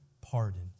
pardon